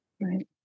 Right